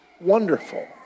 wonderful